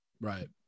right